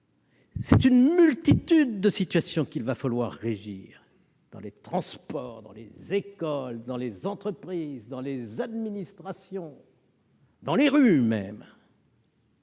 c'est une multitude de situations qu'il va falloir régir : dans les transports, dans les écoles, dans les entreprises, dans les administrations et même dans les rues.